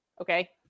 okay